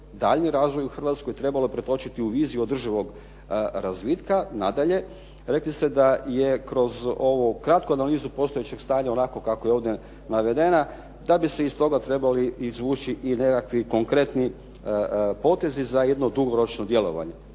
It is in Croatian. daljnji razvoj u Hrvatskoj trebala pretočiti u viziju održivog razvitka. Nadalje, rekli ste da je kroz ovu kratku analizu postojećeg stanja onako kako je ovdje navedena, da bi se iz toga trebali izvući i nekakvi konkretni potezi za jedno dugoročno djelovanje.